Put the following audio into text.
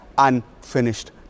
unfinished